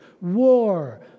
war